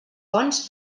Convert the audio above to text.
bons